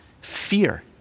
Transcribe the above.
fear